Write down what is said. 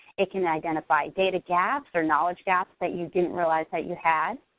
it can identify data gaps or knowledge gaps that you didn't realize that you had.